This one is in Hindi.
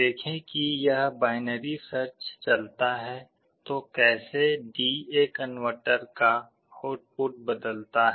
देखें कि यह बाइनरी सर्च चलता है तो कैसे डी ए कनवर्टर का आउटपुट बदलता है